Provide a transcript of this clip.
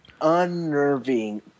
unnerving